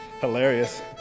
hilarious